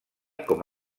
com